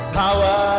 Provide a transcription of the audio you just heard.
power